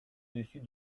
dessus